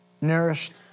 nourished